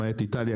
למעט איטליה.